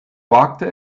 wagte